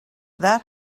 that